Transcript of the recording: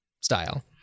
Style